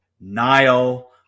Nile